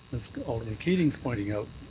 alderman keating is pointing out